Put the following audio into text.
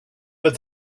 but